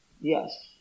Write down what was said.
Yes